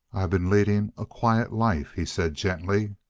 i've been leading a quiet life, he said gently.